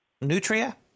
Nutria